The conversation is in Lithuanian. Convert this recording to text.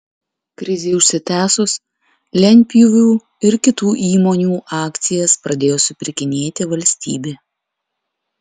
krizei užsitęsus lentpjūvių ir kitų įmonių akcijas pradėjo supirkinėti valstybė